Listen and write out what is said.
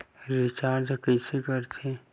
Recharge कइसे कर थे?